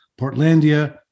Portlandia